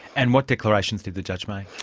and what declarations did the judge make?